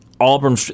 Auburn